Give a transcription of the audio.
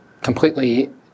completely